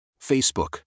Facebook